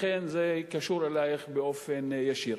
לכן זה קשור אלייך באופן ישיר.